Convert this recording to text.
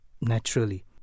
naturally